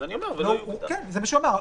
אז אני אומר --- זה מה שהוא אמר,